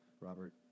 Robert